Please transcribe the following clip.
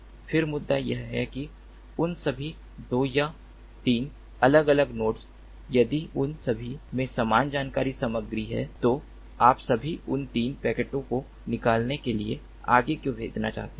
फिर मुद्दा यह है कि उन सभी 2 या 3 अलग अलग नोड्स यदि उन सभी में समान जानकारी सामग्री है तो आप सभी उन 3 पैकेटों को निकालने के लिए आगे क्यों भेजना चाहते हैं